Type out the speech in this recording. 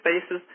spaces